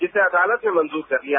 जिसे अदालत ने मंजूर कर लिया